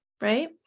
right